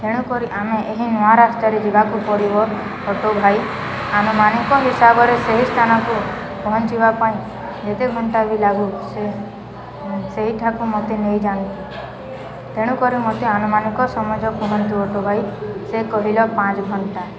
ତେଣୁକରି ଆମେ ଏହି ନୂଆ ରାସ୍ତାରେ ଯିବାକୁ ପଡ଼ିବ ଅଟୋ ଭାଇ ଆନୁମାନିକ ହିସାବରେ ସେହି ସ୍ଥାନକୁ ପହଁଞ୍ଚିବା ପାଇଁ ଯେତେ ଘଣ୍ଟା ବି ଲାଗୁ ସେ ସେଇଠାକୁ ମୋତେ ନେଇ ଜାଣନ୍ତୁ ତେଣୁକରି ମୋତେ ଆନୁମାନିକ ସମୟ କୁହନ୍ତୁ ଅଟୋ ଭାଇ ସେ କହିଲ ପାଞ୍ଚ ଘଣ୍ଟା